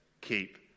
keep